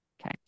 Okay